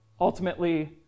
ultimately